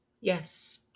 Yes